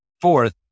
Fourth